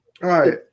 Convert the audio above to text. right